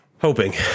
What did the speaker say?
Hoping